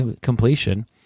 completion